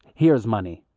here's money.